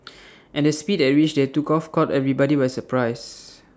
and the speed at rich they took off caught everybody by surprise